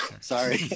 Sorry